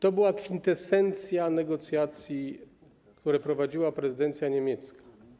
To była kwintesencja negocjacji, które prowadziła prezydencja niemiecka.